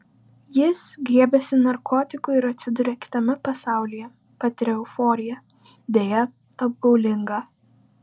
jis griebiasi narkotikų ir atsiduria kitame pasaulyje patiria euforiją deja apgaulingą